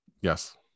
Yes